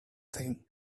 thing